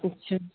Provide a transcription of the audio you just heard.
अच्छा